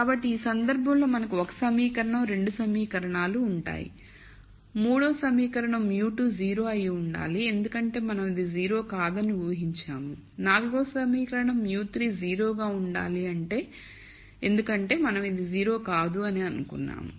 కాబట్టి ఈ సందర్భంలో మనకు 1 సమీకరణం 2 సమీకరణాలు ఉంటాయి మూడవ సమీకరణం μ2 0 అయ్యి ఉండాలి ఎందుకంటే మనం ఇది 0 కాదని ఊహించాము నాల్గవ సమీకరణం μ3 0 గా ఉండాలి ఎందుకంటే మనం ఇది 0 కాదు అని అనుకున్నాం